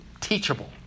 teachable